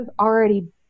already